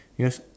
yes